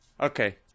okay